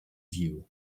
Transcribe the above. view